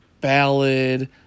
ballad